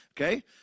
okay